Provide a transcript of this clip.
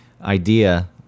idea